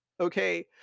Okay